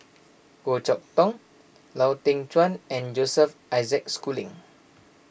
Goh Chok Tong Lau Teng Chuan and Joseph Isaac Schooling